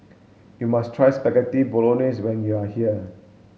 you must try Spaghetti Bolognese when you are here